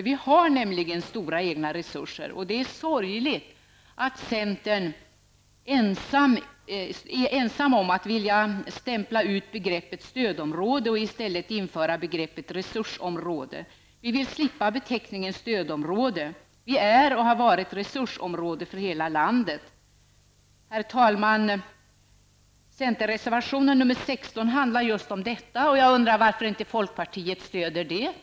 Vi har nämligen stora egna resurser, och det är sorgligt att centern är ensam om att vilja stämpla ut begreppet ''stödområde'' och i stället införa begreppet ''resursområde''. Vi vill slippa beteckningen ''stödområde''. Vi är och har varit ''resursområde'' Herr talman! Centerns reservation 16 handlar just om detta. Jag undrar varför inte folkpartiet stöder den reservationen.